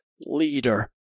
leader